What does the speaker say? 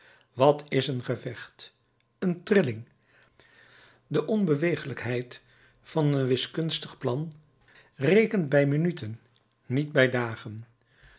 wat is een gevecht een trilling de onbeweeglijkheid van een wiskunstig plan rekent bij minuten niet bij dagen